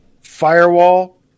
Firewall